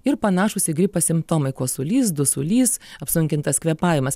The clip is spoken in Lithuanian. ir panašūs į gripą simptomai kosulys dusulys apsunkintas kvėpavimas